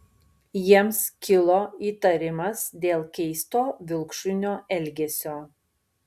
jiems kilo įtarimas dėl keisto vilkšunio elgesio